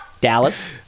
Dallas